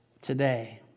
today